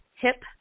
hip